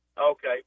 Okay